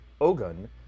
Ogun